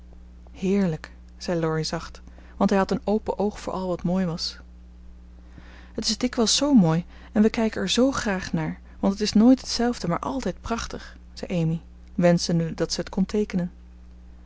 heerlijk zei laurie zacht want hij had een open oog voor al wat mooi was het is dikwijls zoo mooi en we kijken er zoo graag naar want het is nooit hetzelfde maar altijd prachtig zei amy wenschende dat ze het